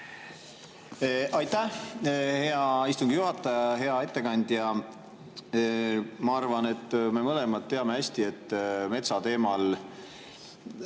Aitäh, hea istungi juhataja! Hea ettekandja! Ma arvan, et me mõlemad teame hästi, et metsateemal